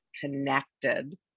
connected